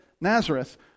Nazareth